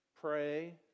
Pray